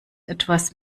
etwas